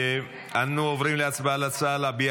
אנו עוברים להצבעה על ההצעה להביע